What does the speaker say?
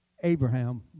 Abraham